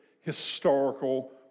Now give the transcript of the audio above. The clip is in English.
historical